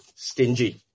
Stingy